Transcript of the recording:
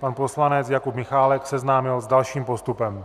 pan poslanec Jakub Michálek seznámil s dalším postupem.